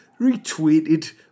retweeted